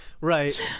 right